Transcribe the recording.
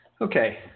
Okay